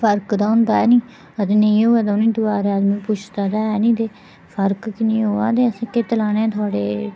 फर्क ते होंदा निं ते नेईं होवै ते उनेंई दोबारै आदमी पुछदा ते है निं फर्क निं होवै ते कित्त लाने थुआढ़े एह्